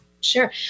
Sure